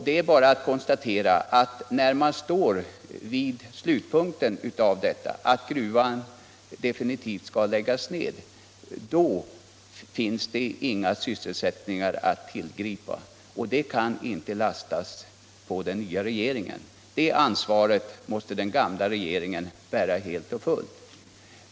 Det är bara att konstatera att när man står vid slutpunkten och gruvan definitivt skall läggas ned, så finns det ingen sysselsättning att tillgripa. Den nya regeringen kan inte lastas för detta. Det ansvaret måste den gamla regeringen bära helt och fullt.